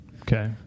Okay